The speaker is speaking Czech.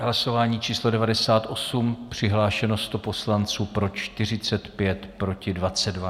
Hlasování číslo 98, přihlášeno 100 poslanců, pro 45, proti 22.